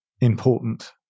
important